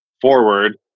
forward